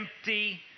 empty